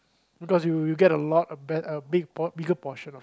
because you you get a lot of best a big uh bigger portion